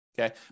okay